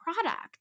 product